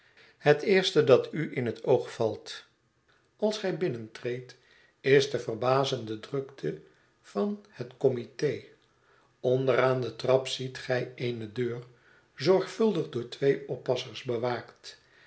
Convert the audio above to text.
het eerste dat u in het oog valt als gij binnentreedt is de verbazende drukte van het committe onder aan de trap ziet gij eene deur zorgvuldig door twee oppassers bewaakt